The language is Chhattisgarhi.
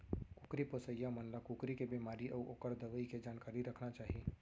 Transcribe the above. कुकरी पोसइया मन ल कुकरी के बेमारी अउ ओकर दवई के जानकारी रखना चाही